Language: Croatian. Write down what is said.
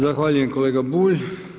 Zahvaljujem kolega Bulj.